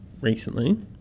recently